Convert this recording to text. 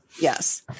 Yes